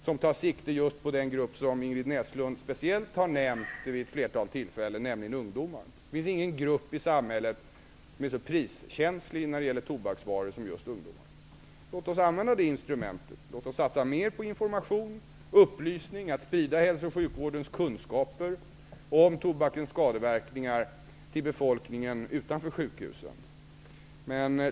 Den tar sikte just på den grupp som Ingrid Näslund vid ett flertal tillfällen speciellt har nämnt, nämligen ungdomarna. Det finns ingen grupp i samhället som är så priskänslig när det gäller tobaksvaror som just ungdomarna. Låt oss använda det instrumentet! Låt oss satsa mer på information och upplysning! Låt oss sprida hälso och sjukvårdens kunskaper om tobakens skadeverkningar till befolkningen utanför sjukhusen!